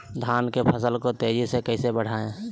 धान की फसल के तेजी से कैसे बढ़ाएं?